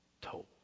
told